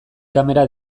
kamera